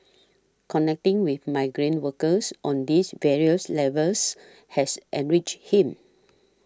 connecting with migrant workers on these various levels has enriched him